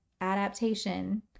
adaptation